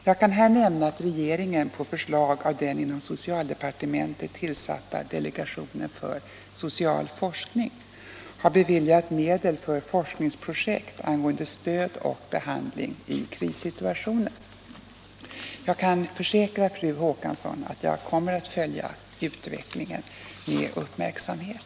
Jag kan här nämna att regeringen på förslag av den inom socialdepartementet tillsatta delegationen för social forskning har beviljat medel för forskningsprojekt angående stöd och behandling i krissituationer. Jag kan försäkra fru Håkansson att jag kommer att följa utvecklingen med uppmärksamhet.